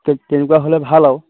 তে তেনেকুৱা হ'লে ভাল আৰু